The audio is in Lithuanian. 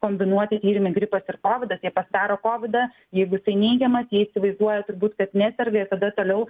kombinuoti tyrimai gripas ir kovidas jie pasidaro kovidą jeigu jisai neigiamas jie įsivaizduoja turbūt kad neserga tada toliau